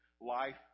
life